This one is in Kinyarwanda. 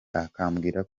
akambwira